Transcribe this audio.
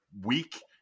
week